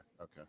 Okay